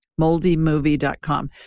moldymovie.com